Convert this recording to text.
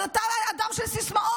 אבל אתה אדם של סיסמאות.